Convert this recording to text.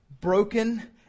broken